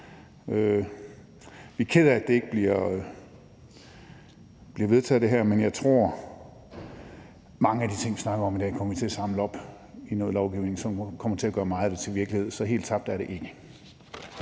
Vi er kede af, at det her forslag ikke bliver vedtaget, men jeg tror, at mange af de ting, vi har snakket om i dag, kommer vi til at samle op i noget lovgivning, som kommer til at gøre meget til virkelighed. Så helt tabt er det ikke.